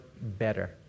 better